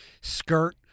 skirt